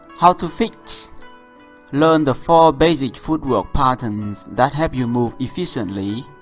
how to fix learn the four basic footwork patterns that help you move efficiently.